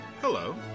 hello